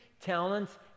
talents